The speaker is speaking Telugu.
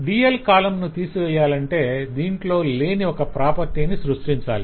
DL కాలమ్ ను తిసివేయాలంటే దీంట్లో లేని ఒక ప్రాపర్టీ ని సృష్టించాలి